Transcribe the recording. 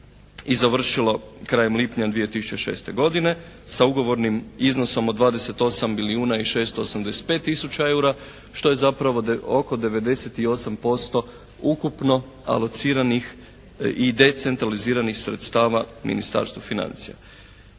i završilo krajem lipnja 2006. godine sa ugovornim iznosom od 28. milijuna i 685 tisuća eura što je zapravo oko 98% ukupno alociranih i decentraliziranih sredstava Ministarstvu financija.